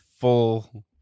full